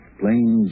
plain